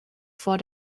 vor